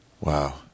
Wow